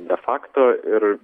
de facto ir